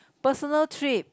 personal trip